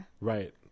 right